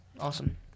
Awesome